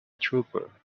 trooper